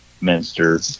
Minster